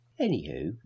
Anywho